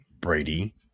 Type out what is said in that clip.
Brady